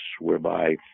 whereby